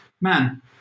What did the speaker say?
man